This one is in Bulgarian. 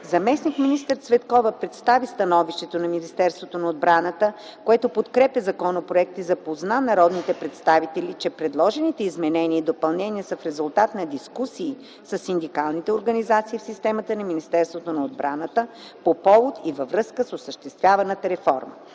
Заместник-министър Цветкова представи становището на Министерството на обраната, което подкрепя законопроекта и запозна народните представители, че предложените изменения и допълнения са в резултат на дискусии със синдикалните организации в системата на Министерството на отбраната по повод и във връзка с осъществяваната реформа.